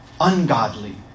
ungodly